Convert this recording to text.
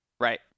right